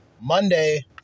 Monday